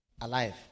alive